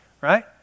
right